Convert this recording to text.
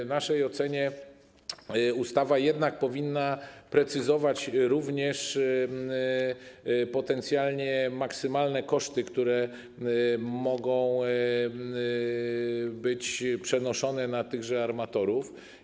W naszej ocenie ustawa jednak powinna precyzować również potencjalnie maksymalne koszty, które mogą być przenoszone na tychże armatorów.